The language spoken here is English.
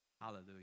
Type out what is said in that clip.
Hallelujah